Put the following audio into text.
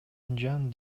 жан